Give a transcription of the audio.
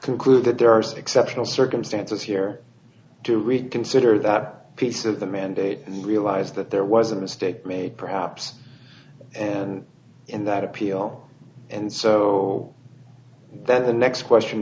conclude that there are some exceptional circumstances here to reconsider that piece of the mandate and realize that there was a mistake made perhaps in that appeal and so that the next question